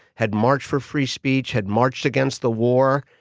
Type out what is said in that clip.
had marched for free speech, had marched against the war,